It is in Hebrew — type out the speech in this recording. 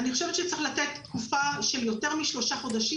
צריך לתת תקופה של יותר משלושה חודשים